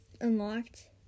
Unlocked